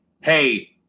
Hey